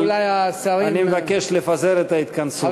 אבל אני מבקש לפזר את ההתכנסות.